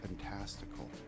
fantastical